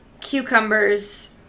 cucumbers